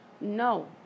No